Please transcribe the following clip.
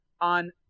on